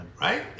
Right